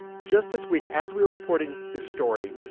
just this week, as we were reporting this story,